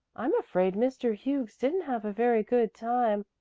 i'm afraid mr. hughes didn't have a very good time.